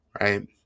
right